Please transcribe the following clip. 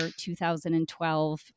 2012